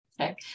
okay